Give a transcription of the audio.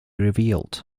revealed